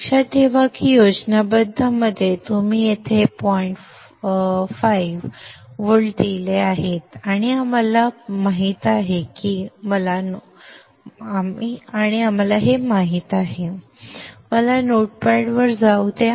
लक्षात ठेवा की योजनाबद्ध मध्ये तुम्ही येथे पॉइंट 5 व्होल्ट दिले आहेत आणि आम्हाला माहित आहे की मला नोटपॅडवर जाऊ द्या